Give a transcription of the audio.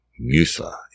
Musa